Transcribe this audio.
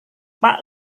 pak